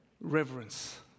reverence